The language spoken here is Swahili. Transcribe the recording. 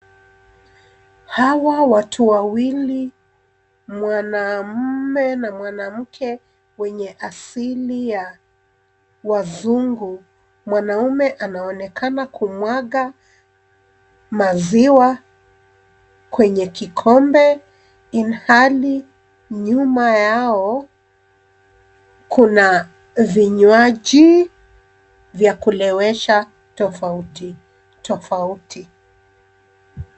Hawa watu wawili mwanamume na mwanamke wenye asili ya wazungu. Mwanaume anaonekana kumwaga maziwa kwenye kikombe ilhali nyuma yao kuna vinywaji vya kulewesha tofauti, tofauti.